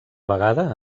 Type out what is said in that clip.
vegada